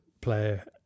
player